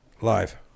Live